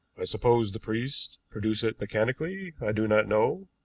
i suppose the priests produce it mechanically i do not know.